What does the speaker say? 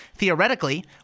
Theoretically